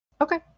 Okay